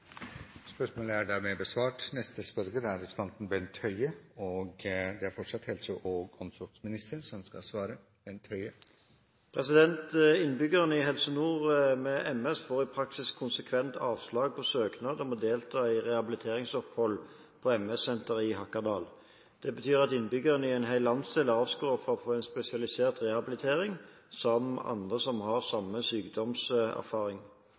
i Helse Nord med MS får i praksis konsekvent avslag på søknader om å delta på rehabiliteringsopphold på MS-senteret i Hakadal. Det betyr at innbyggere i en hel landsdel er avskåret fra å få en spesialisert rehabilitering sammen med andre som har samme sykdomserfaring.